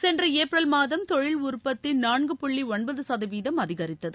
சென்ற ஏப்ரல் மாதம் தொழில் உற்பத்தி நான்கு புள்ளி ஒன்பது சதவீதம் அதிகரித்தது